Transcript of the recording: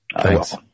Thanks